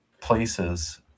places